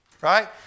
right